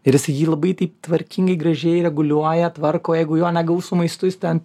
ir jis jį labai taip tvarkingai gražiai reguliuoja tvarko jeigu jo negaus su maistu jis ten